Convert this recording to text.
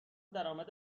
درامد